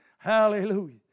Hallelujah